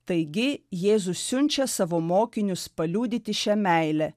taigi jėzus siunčia savo mokinius paliudyti šią meilę